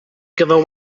ganddo